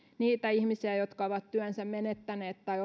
niitä ihmisiä jotka ovat työnsä menettäneet tai